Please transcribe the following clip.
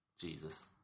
Jesus